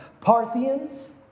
Parthians